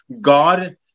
God